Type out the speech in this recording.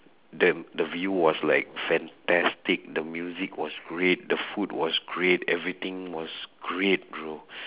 then the view was like fantastic the music was great the food was great everything was great bro